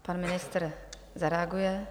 Pan ministr zareaguje.